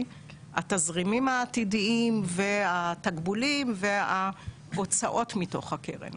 התזרימים העתידיים והתקבולים וההוצאות מתוך הקרן.